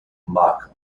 mark